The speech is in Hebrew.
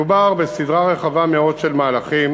מדובר בסדרה רחבה מאוד של מהלכים